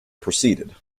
proceeded